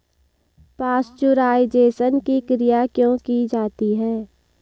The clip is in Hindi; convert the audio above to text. पाश्चुराइजेशन की क्रिया क्यों की जाती है?